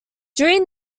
during